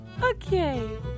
Okay